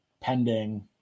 pending